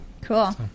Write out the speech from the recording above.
Cool